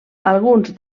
alguns